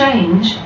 Change